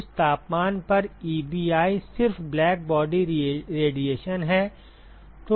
उस तापमान पर Ebi सिर्फ ब्लैकबॉडी रेडिएशन है